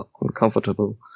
uncomfortable